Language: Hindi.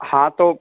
हाँ तो